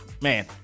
man